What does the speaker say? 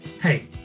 Hey